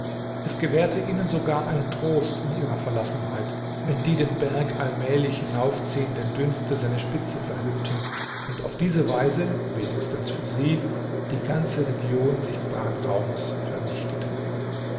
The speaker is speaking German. es gewährte ihnen sogar einen trost in ihrer verlassenheit wenn die den berg allmählig hinaufziehenden dünste seine spitze verhüllten und auf diese weise wenigstens für sie die ganze region sichtbaren raumes vernichteten